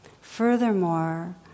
Furthermore